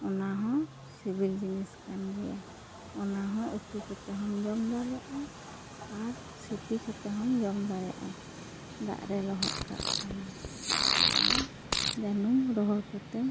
ᱚᱱᱟ ᱦᱚᱸ ᱥᱤᱵᱤᱞ ᱡᱤᱱᱤᱥ ᱠᱟᱱ ᱜᱤᱭᱟᱹ ᱚᱱᱟ ᱦᱚᱸ ᱩᱛᱩ ᱠᱟᱛᱮ ᱦᱚᱢ ᱡᱚᱢ ᱫᱟᱲᱮᱭᱟᱜᱼᱟ ᱟᱨ ᱥᱤᱯᱤ ᱠᱟᱛᱮ ᱦᱚᱢ ᱡᱚᱢ ᱫᱟᱲᱮᱭᱟᱜᱼᱟ ᱫᱟᱜ ᱨᱮ ᱞᱚᱦᱚᱫ ᱠᱟᱱ ᱠᱷᱟᱱ ᱫᱚ ᱟᱨ ᱡᱟᱹᱱᱩᱢ ᱨᱚᱦᱚᱲ ᱠᱟᱛᱮ